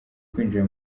kwinjira